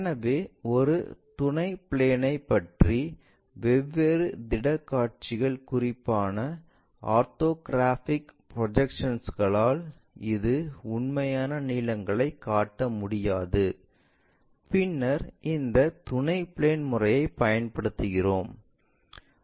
எனவே ஒரு துணை பிளேன் ஐ பற்றி வெவ்வேறு திட்டக் காட்சிகள் குறிப்பாக ஆர்த்தோகிராஃபிக் ப்ரொஜெக்ஷன்ஸ்களால் இது உண்மையான நீளங்களைக் காட்ட முடியாது பின்னர் இந்த துணை பிளேன் முறையைப் பயன்படுத்துகிறோம்